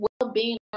well-being